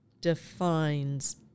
defines